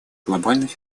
глобального